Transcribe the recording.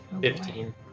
Fifteen